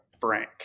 Frank